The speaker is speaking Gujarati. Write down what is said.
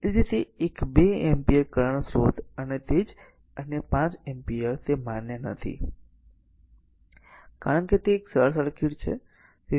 એ જ રીતે આ 1 2 એમ્પીયર કરંટ સ્રોત અને તે જ અન્ય 5 એમ્પીયર તે માન્ય નથી કારણ કે તે એક સરળ સર્કિટ છે